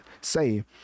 say